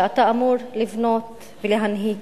שאתה אמור לבנות ולהנהיג?